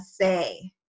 say